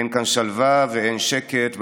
אין כאן שלווה ואין שקט.